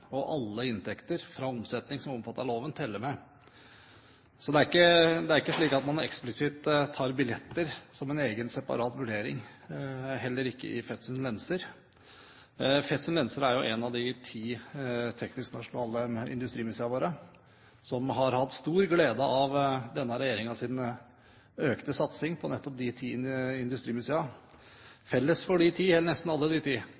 og alle inntekter fra omsetning som er omfattet av loven, teller med. Det er ikke slik at man eksplisitt tar billetter som en egen separat vurdering, heller ikke når det gjelder Fetsund Lenser. Fetsund Lenser er jo én av de ti nasjonale tekniske industrimuseene våre som har hatt stor glede av denne regjeringens økte satsing på nettopp de ti industrimuseene. Felles for nesten alle de ti